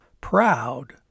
proud